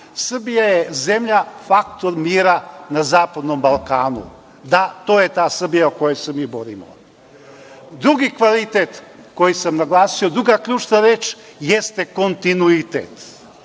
Srbija je zemlja faktor mira na zapadnom Balkanu. Da, to je ta Srbija za koju se mi borimo. Drugi kvalitet koji sam naglasio, druga ključna reč, jeste kontinuitet,